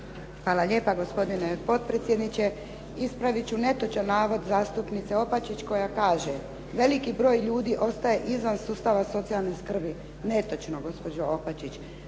Hvala lijepa, gospodine potpredsjedniče. Ispravit ću netočan navod zastupnice Opačić koja kaže: "Veliki broj ljudi ostaje izvan sustava socijalne skrbi." Netočno, gospođo Opačić.